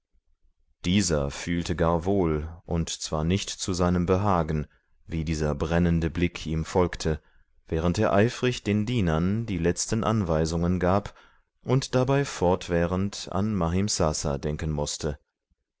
dieser fühlte gar wohl und zwar nicht zu seinem behagen wie dieser brennende blick ihm folgte während er eifrig den dienern die letzten anweisungen gab und dabei fortwährend an mahimsasa denken mußte